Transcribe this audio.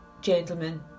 gentlemen